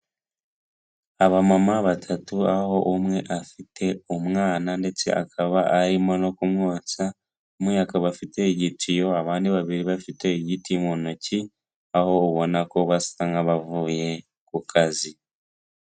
Aba mama batatu aho umwe afite umwana ndetse akaba arimo no kumwonsa umwe akaba afite igitiyo abandi babiri bafite igiti mu ntoki aho ubona ko basa nk'abavuye ku kazi.